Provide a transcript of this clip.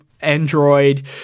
Android